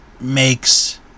makes